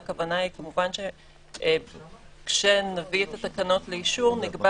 והכוונה היא כמובן שכאשר נביא את התקנות לאישור נקבע